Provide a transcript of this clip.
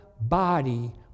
body